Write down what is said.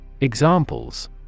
Examples